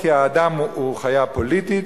האדם הוא חיה פוליטית,